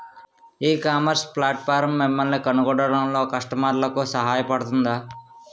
ఈ e-commerce platform మిమ్మల్ని కనుగొనడంలో కస్టమర్లకు సహాయపడుతుందా?